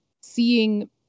seeing